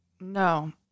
No